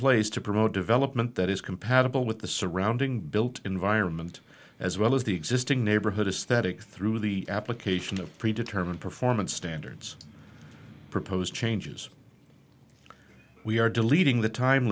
place to promote development that is compatible with the surrounding built environment as well as the existing neighborhood is that it through the application of pre determined performance standards proposed changes we are deleting the time